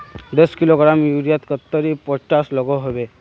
दस किलोग्राम यूरियात कतेरी पोटास लागोहो होबे?